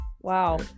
Wow